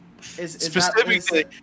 Specifically